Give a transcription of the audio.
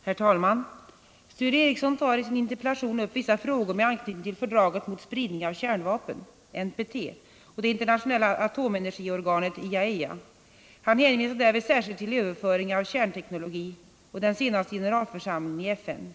Herr talman! Sture Ericson tar i sin interpellation upp vissa frågor med anknytning till fördraget mot spridning av kärnvapen och det internationella atomenergiorganet, IAEA. Han hänvisar därvid särskilt till överföring av kärnteknologi och den senaste generalförsamlingen i FN.